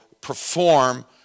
perform